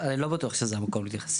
לא בטוח שזה המקום להתייחס.